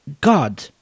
God